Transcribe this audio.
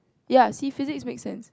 ya see physics make sense